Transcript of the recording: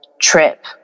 trip